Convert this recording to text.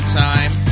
time